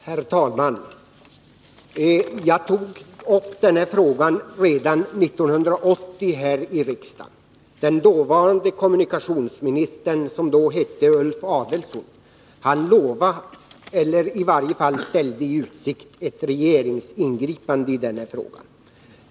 Herr talman! Jag tog upp frågan här i riksdagen redan 1980. Dåvarande kommunikationsministern Ulf Adelsohn lovade, eller ställde i varje fall i utsikt, att det skulle bli ett regeringsingripande.